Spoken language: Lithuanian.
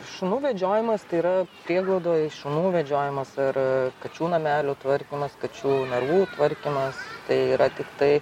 šunų vedžiojimas tai yra prieglaudoj šunų vedžiojimas ir kačių namelių tvarkymas kačių narvų tvarkymas tai yra tiktai